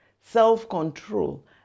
self-control